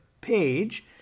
page